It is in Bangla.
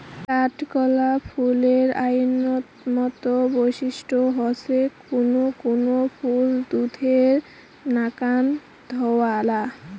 কাঠগোলাপ ফুলের অইন্যতম বৈশিষ্ট্য হসে কুনো কুনো ফুল দুধের নাকান ধওলা